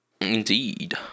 indeed